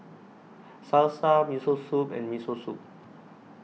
Salsa Miso Soup and Miso Soup